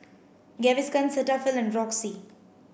Gaviscon Cetaphil and Roxy